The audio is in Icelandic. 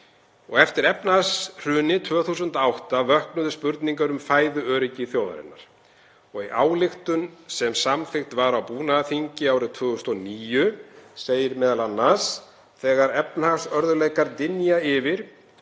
Eftir efnahagshrunið 2008 vöknuðu spurningar um fæðuöryggi þjóðarinnar. Í ályktun sem samþykkt var á búnaðarþingi árið 2009 segir m.a.: „[Þ]egar efnahagsörðugleikar dynja yfir